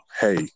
hey